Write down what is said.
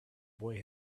boy